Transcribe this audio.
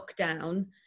lockdown